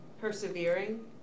persevering